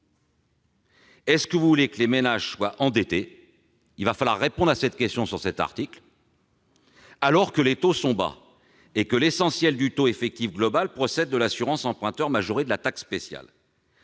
Voulez-vous que les ménages soient endettés- il va falloir répondre à cette question !-, alors que les taux sont bas et que l'essentiel du taux effectif global procède de l'assurance emprunteur majorée de la taxe spéciale